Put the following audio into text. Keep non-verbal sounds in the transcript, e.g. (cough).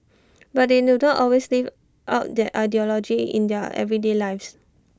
(noise) but they do not always live out that ideology in their everyday lives